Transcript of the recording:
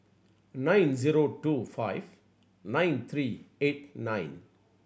nine zero two five nine three eighty nine